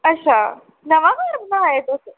अच्छा नमां घर बना दे तुस